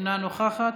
אינה נוכחת,